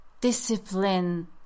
discipline